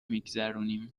میگذرونیم